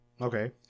Okay